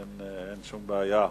אין שום בעיה,